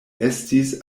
estis